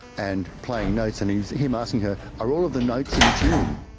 and playing notes and him asking her, are all of the notes in tune?